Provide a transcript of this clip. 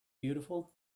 beautiful